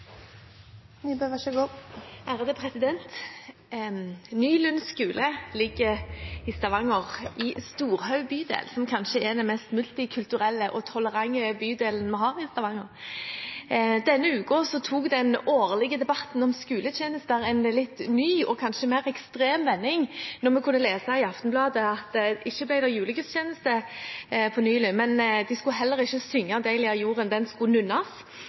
den mest multikulturelle og tolerante bydelen vi har i Stavanger. Denne uken tok den årlige debatten om skoletjenester en litt ny og kanskje mer ekstrem vending når vi kunne lese i Aftenbladet at det ikke ble julegudstjeneste på Nylund, men de skulle heller ikke synge Deilig er jorden – den skulle